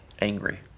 angry